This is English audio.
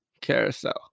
carousel